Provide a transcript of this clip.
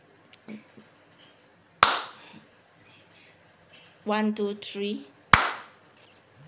one two three